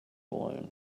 alone